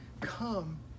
come